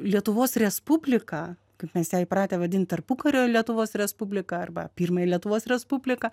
lietuvos respubliką kaip mes ją įpratę vadint tarpukario lietuvos respublika arba pirmąja lietuvos respublika